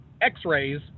x-rays